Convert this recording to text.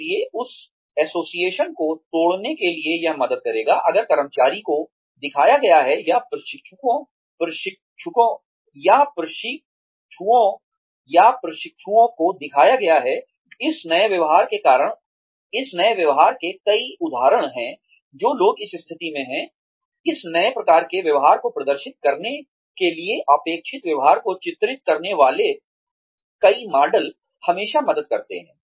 इसलिए उस एसोसिएशन को तोड़ने के लिए यह मदद करेगा अगर कर्मचारी को दिखाया गया है या प्रशिक्षुओं को दिखाया गया है इस नए व्यवहार के कई उदाहरण हैं जो लोग इस स्थिति में हैं इस नए प्रकार के व्यवहार को प्रदर्शित करने के लिए अपेक्षित व्यवहार को चित्रित करने वाले कई मॉडल हमेशा मदद करते हैं